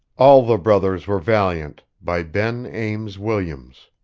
all the brothers were valiant, by ben ames williams